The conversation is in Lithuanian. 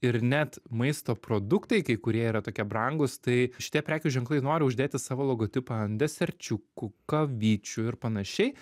ir net maisto produktai kai kurie yra tokie brangūs tai šitie prekių ženklai nori uždėti savo logotipą ant deserčiukų kavyčių ir panašiai